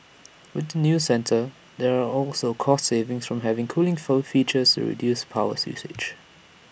with the new centre there are also cost savings from having cooling foe features to reduce powers usage